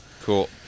Cool